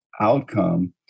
outcome